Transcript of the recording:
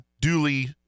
duly